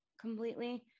completely